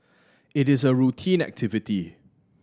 it is a routine activity